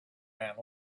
man